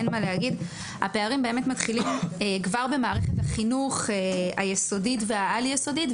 הפערים באמת מתחילים כבר במערכת החינוך היסודית והעל-יסודית.